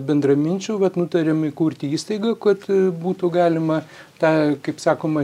bendraminčių vat nutarėm įkurti įstaigą kad būtų galima tą kaip sakoma